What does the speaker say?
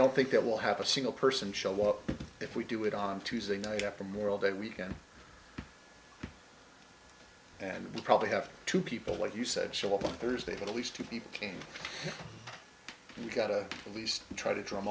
don't think it will have a single person show up if we do it on tuesday night after memorial day weekend and we probably have two people like you said show up on thursday but at least two people came and got a least try to drum